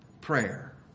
prayer